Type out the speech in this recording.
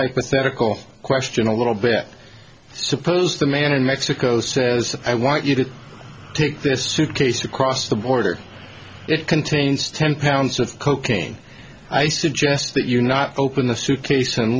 hypothetical question a little bit suppose the man in mexico says i want you to take this suitcase across the border it contains ten pounds of cocaine i suggest that you not open the suitcase and